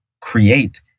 create